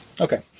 Okay